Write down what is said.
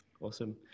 Awesome